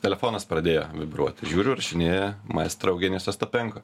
telefonas pradėjo vibruoti žiūriu įrašinėja maestro eugenijus ostapenko